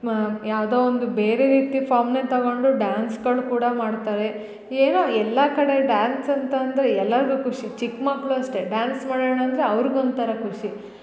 ಮಾ ಯಾವುದೋ ಒಂದು ಬೇರೆ ರೀತಿ ಫಾಮ್ನೆ ತಗೊಂಡು ಡ್ಯಾನ್ಸ್ಗಳು ಕೂಡ ಮಾಡ್ತಾರೆ ಏನೋ ಎಲ್ಲ ಕಡೆ ಡಾನ್ಸ್ ಅಂತ ಅಂದರೆ ಎಲ್ಲರ್ಗು ಖುಷಿ ಚಿಕ್ಕ ಮಕ್ಕಳು ಅಷ್ಟೆ ಡಾನ್ಸ್ ಮಾಡೋಣ ಅಂದರೆ ಅವ್ರಿಗೆ ಒಂಥರ ಖುಷಿ